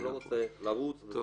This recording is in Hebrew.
אני לא רוצה לרוץ.